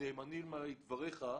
נאמנים עליי דבריך,